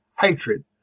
hatred